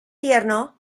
tierno